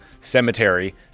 cemetery